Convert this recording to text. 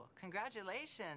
congratulations